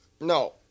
No